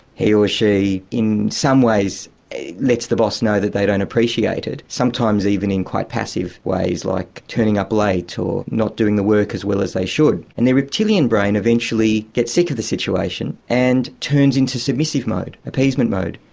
he or she in some ways lets the boss know that they don't appreciate it, sometimes even in quite passive ways like turning up late, or not doing the work as well as they should. and their reptilian brain eventually gets sick of the situation and turns into submissive mode, appeasement mode,